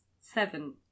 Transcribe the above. seven